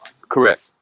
Correct